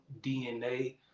DNA